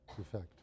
effect